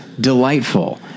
delightful